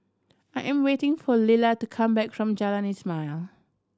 I am waiting for Lilla to come back from Jalan Ismail